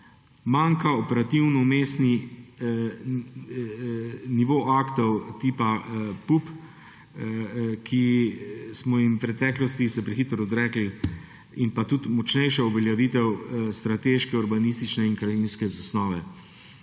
manjka operativni vmesni nivo aktov tipa PUP, ki smo se jim v preteklosti prehitro odrekli, in tudi močnejša uveljavitev strateške urbanistične in krajinske zasnove.